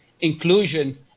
inclusion